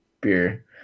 beer